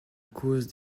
cause